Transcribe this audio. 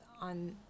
on